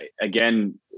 again